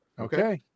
Okay